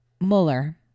Mueller